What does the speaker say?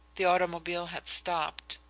the automobile had stopped.